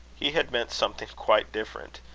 he had meant something quite different.